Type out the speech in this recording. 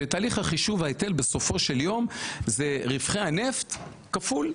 שתהליך חישוב ההיטל בסופו של יום הוא רווחי הנפט כפול ההיטל.